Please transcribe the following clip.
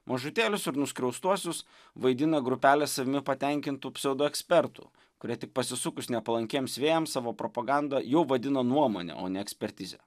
mažutėlius ir nuskriaustuosius vaidina grupelė savimi patenkintų pseudoekspertų kurie tik pasisukus nepalankiems vėjams savo propaganda jau vadino nuomonę o ne ekspertize